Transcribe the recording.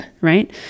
right